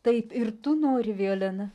taip ir tu nori violena